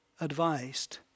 advised